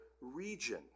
region